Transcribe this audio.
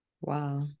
Wow